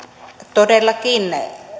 todellakin